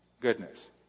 goodness